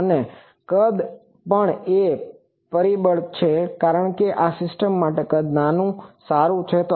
અને કદ પણ એક પરિબળ છે કારણ કે આ સિસ્ટમો માટે નાનું કદ સારું છે